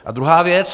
A druhá věc.